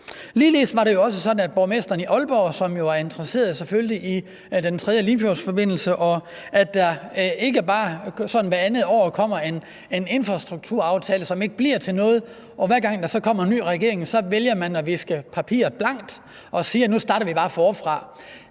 det selvfølgelig også sådan, at borgmesteren i Aalborg var interesseret i den tredje Limfjordsforbindelse, og at der ikke bare sådan hvert andet år kommer en infrastrukturaftale, som ikke bliver til noget, og at man, hver gang der så kommer en ny regering, vælger at viske papiret blankt og sige, at nu starter man bare forfra.